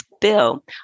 Bill